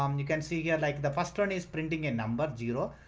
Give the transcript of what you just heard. um you can see here, like the first one is printing a number zero.